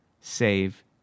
save